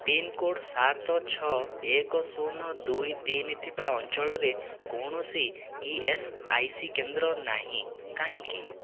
pincode ସାତ ଛଅ ଏକ ଶୂନ ଦୁଇ ତିନି ଥିବା ଅଞ୍ଚଳରେ କୌଣସି ଇଏସ୍ଆଇସି କେନ୍ଦ୍ର ନାହିଁ କାହିଁକି